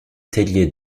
tellier